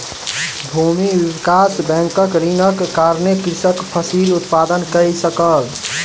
भूमि विकास बैंकक ऋणक कारणेँ कृषक फसिल उत्पादन कय सकल